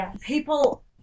People